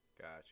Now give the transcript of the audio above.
Gotcha